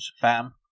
fam